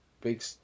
big